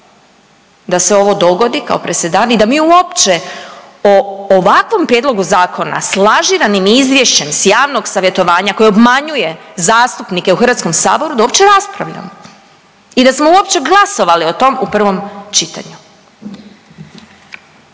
da se ovo dogodi kao presedan i da mi uopće o ovakvom prijedlogu zakona s lažiranim izvješćem s javnog savjetovanja koje obmanjuje zastupnike u HS-u, da uopće raspravljamo i da smo uopće glasovali o tom u prvom čitanju.